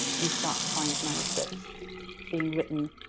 you start to find manuscripts being written